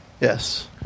Yes